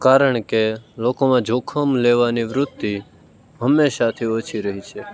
કારણકે લોકોમાં જોખમ લેવાની વૃત્તિ હંમેશાંથી ઓછી રહી છે